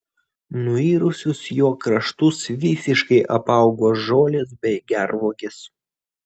nuirusius jo kraštus visiškai apaugo žolės bei gervuogės